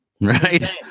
right